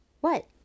What